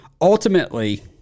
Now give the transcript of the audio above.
ultimately